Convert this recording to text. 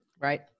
Right